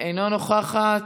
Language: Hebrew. אינה נוכחת,